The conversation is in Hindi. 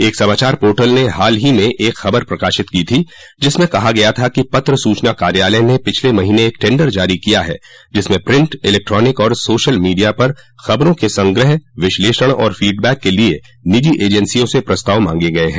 एक समाचार पोर्टल ने हाल ही में एक खबर प्रकाशित की थी जिसमें कहा गया था कि पत्र सूचना कार्यालय ने पिछले महीने एक टेंडर जारी किया है जिसमें प्रिंट इलेक्ट्रॉनिक और सोशल मीडिया पर खबरों के संग्रह विश्लेषण और फोडबैक के लिए निजी एजेंसियों से प्रस्ताव माँगे गये हैं